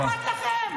לא אכפת לכם?